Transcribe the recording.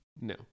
No